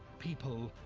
people,